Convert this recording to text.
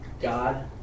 God